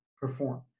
perform